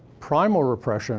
primal repression